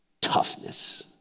toughness